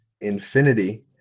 Infinity